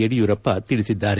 ಯಡಿಯೂರಪ್ಪ ತಿಳಿಸಿದ್ದಾರೆ